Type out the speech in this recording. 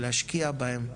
ולהשקיע בהם,